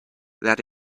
that